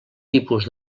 tipus